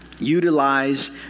Utilize